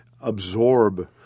absorb